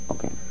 Okay